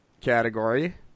category